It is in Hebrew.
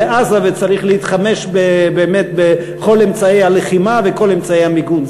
לעזה וצריך להתחמש באמת בכל אמצעי הלחימה וכל אמצעי המיגון.